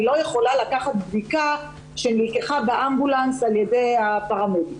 אני לא יכולה לקחת בדיקה שנלקחה באמבולנס על ידי הפרמדיק,